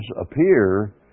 appear